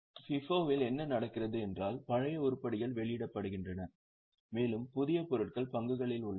FIFO வில் என்ன நடக்கிறது என்றால் பழைய உருப்படிகள் வெளியிடப்படுகின்றன மேலும் புதிய பொருட்கள் பங்குகளில் உள்ளன